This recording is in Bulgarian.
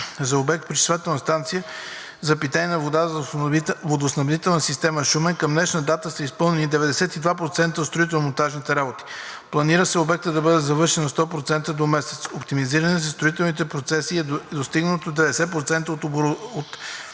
за обект „Пречиствателна станция за питейни води за водоснабдителна система Шумен“ към днешна дата са изпълнени 92% от строително-монтажните работи. Планира се обектът да бъде завършен на 100% до месец. Оптимизирани са строителните процеси и е доставено 90% от оборудването.